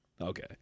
Okay